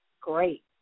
great